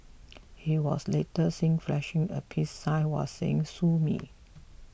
he was later seen flashing a peace sign while saying sue me